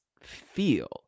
feel